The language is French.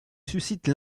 suscite